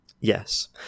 Yes